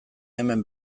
hemen